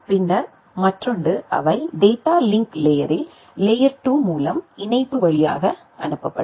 பின்னர் மற்றொன்று அவை டேட்டா லிங்க் லேயரில் லேயர் 2 மூலம் இணைப்பு வழியாக அனுப்பப்படும்